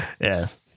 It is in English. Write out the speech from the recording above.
Yes